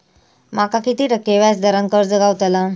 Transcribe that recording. माका किती टक्के व्याज दरान कर्ज गावतला?